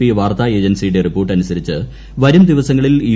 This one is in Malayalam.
പി വാർത്താ ഏജൻസിയുടെ റിപ്പോർട്ട് അനുസരിച്ച് വരുംദിവസങ്ങളിൽ യു